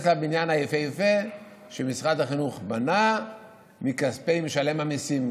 לבניין היפהפה שמשרד החינוך בנה מכספי משלם המיסים.